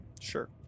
Sure